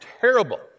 terrible